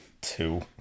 Two